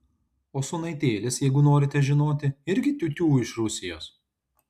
o sūnaitėlis jeigu norite žinoti irgi tiutiū iš rusijos